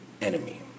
enemy